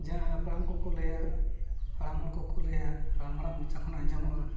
ᱡᱟᱦᱟᱸ ᱦᱟᱯᱲᱟᱢ ᱠᱚᱠᱚ ᱞᱟᱹᱭᱟ ᱦᱟᱲᱟᱢ ᱦᱚᱲ ᱠᱚᱠᱚ ᱞᱟᱹᱭᱟ ᱦᱟᱲᱟᱢ ᱦᱚᱲᱟᱜ ᱢᱟᱪᱷᱟ ᱠᱷᱚᱱᱟᱜ ᱟᱸᱡᱚᱢᱚᱜᱼᱟ